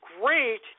great